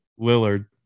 Lillard